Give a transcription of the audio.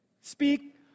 speak